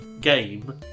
game